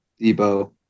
Debo